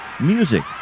music